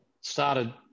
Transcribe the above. started